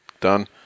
Done